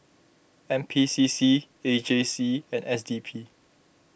N P C C A J C and S D P